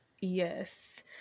yes